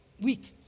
week